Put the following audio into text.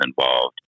involved